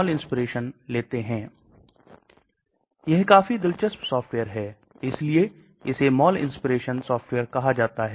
तो इन सभी पर विचार करना है यदि आप दवा के अवशोषण और घुलनशीलता के बारे में बात कर रहे हैं